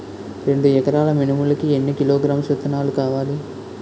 రెండు ఎకరాల మినుములు కి ఎన్ని కిలోగ్రామ్స్ విత్తనాలు కావలి?